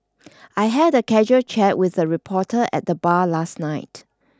I had a casual chat with a reporter at the bar last night